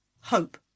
Hope